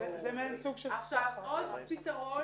עוד פתרון